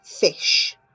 fish